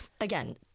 again